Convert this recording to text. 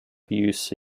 fields